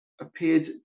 appeared